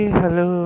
hello